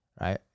right